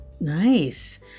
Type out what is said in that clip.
Nice